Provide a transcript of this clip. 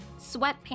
sweatpants